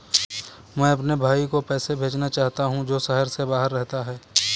मैं अपने भाई को पैसे भेजना चाहता हूँ जो शहर से बाहर रहता है